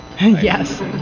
Yes